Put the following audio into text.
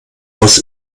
aus